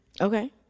Okay